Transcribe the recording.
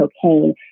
cocaine